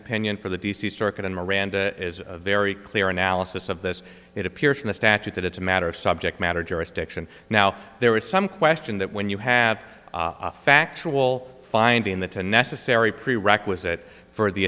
opinion for the d c circuit and miranda is very clear analysis of this it appears from the statute that it's a matter of subject matter jurisdiction now there is some question that when you have a factual finding in the to necessary prerequisite for the